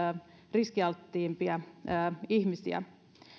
riskialttiimpia ihmisiä